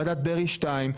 ועדת דרעי 2,